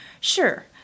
Sure